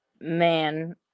man